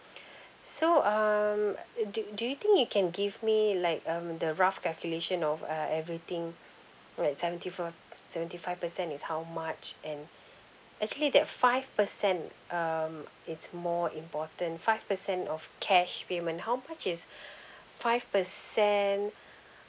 so um do do you think you can give me like um the rough calculation of uh everything like seventy for seventy five percent is how much and actually that five percent um it's more important five percent of cash payment how much is five percent